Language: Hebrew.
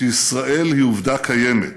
שישראל היא עובדה קיימת.